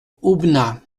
aubenas